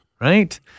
right